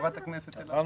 חברת הכנסת אלהרר?